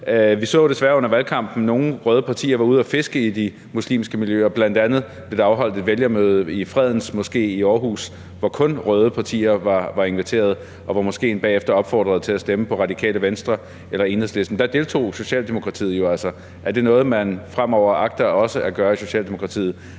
Vi så desværre under valgkampen, at nogle røde partier var ude at fiske i de muslimske miljøer, bl.a. blev der afholdt et vælgermøde i Fredens Moské i Aarhus, hvor kun røde partier var inviteret, og hvor moskéen bagefter opfordrede til at stemme på Radikale Venstre eller Enhedslisten. Der deltog Socialdemokratiet jo altså. Er det noget, man også fremover agter at gøre i Socialdemokratiet,